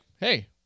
hey